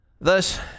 Thus